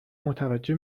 متوجه